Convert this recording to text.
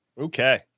Okay